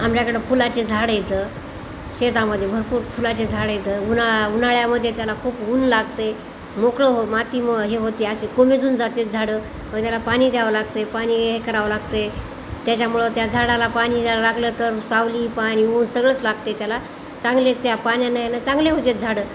आमच्याकडं फुलाचे झाड येतं शेतामध्ये भरपूर फुलाचे झाड येतं उन्हा उन्हाळ्यामध्ये त्याला खूप ऊन लागते मोकळं हो माती मग हे होती अशी कोमेजून जातात झाडं मग त्याला पाणी द्यावं लागते पाणी हे करावं लागते त्याच्यामुळं त्या झाडाला पाणी द्या लागलं तर सावली पाणी ऊन सगळंच लागते त्याला चांगले त्या पाण्यानं आहे ना चांगले होतात झाडं